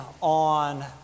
on